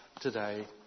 today